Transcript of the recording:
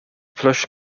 plush